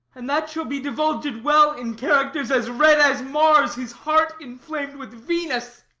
and that shall be divulged well in characters as red as mars his heart inflam'd with venus.